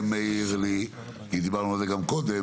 יש לי שאלה אחרת, גם דיברנו על זה קודם.